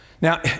Now